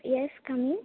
yes come in